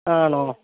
ആണോ